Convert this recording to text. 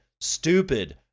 stupid